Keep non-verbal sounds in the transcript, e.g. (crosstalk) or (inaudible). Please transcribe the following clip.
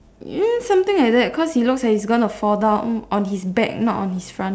(noise) something like that because he looks like he's going to fall down on his back not on his front lah